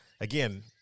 Again